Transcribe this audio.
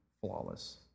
flawless